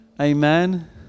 Amen